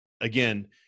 again